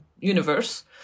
universe